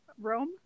rome